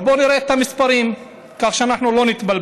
אבל בואו נראה את המספרים, כך שלא נתבלבל.